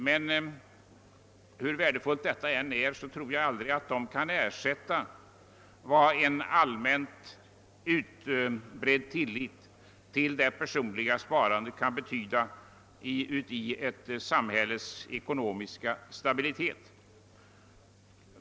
Men hur värdefullt sparandet i pensionsfonderna än är, så tror jag aldrig att det kan ersätta vad en allmänt utbredd tillit till det personliga sparandet kan betyda för ett samhälles ekonomiska stabilitet.